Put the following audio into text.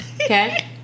Okay